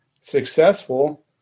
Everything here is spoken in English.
successful